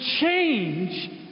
change